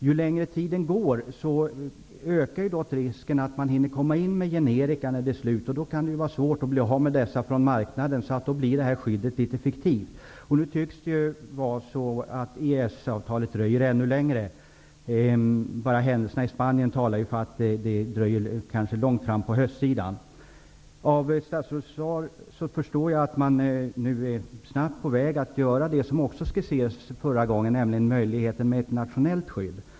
Ju längre tiden går, desto mer ökar risken att generika hinner komma in på marknaden. Det kan sedan bli svårt att bli av med dessa. Skyddet blir i så fall fiktivt. Nu tycks EES-avtalet dessutom dröja ännu längre. Enbart händelserna i Spanien talar för att det kanske dröjer till långt fram på hösten. Av statsrådets svar förstår jag att man nu snabbt är på väg att utforma det som beskrevs förra gången, nämligen ett nationellt skydd.